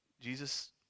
Jesus